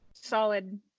solid